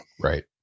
Right